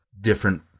different